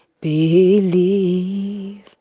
believe